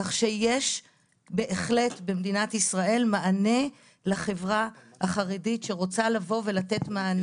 כך שיש בהחלט במדינת ישראל מענה לחברה החרדית שרוצה לבוא ולתת מענה.